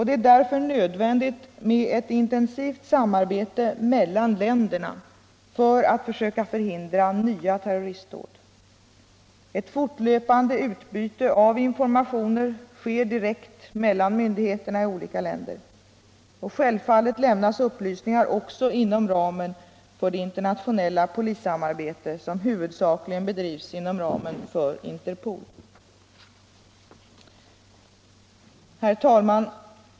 Det är därför nödvändigt med ett intensivt samarbete mellan länderna för att söka förhindra nya terroristdåd. Ett fortlöpande utbyte av informationer sker direkt mellan myndigheter i olika länder. Självfallet lämnas upplysningar också inom ramen för det internationella polissamarbete som huvudsakligen bedrivs inom ramen för Interpol. Herr talman!